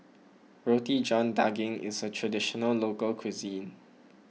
Roti John Daging is a Traditional Local Cuisine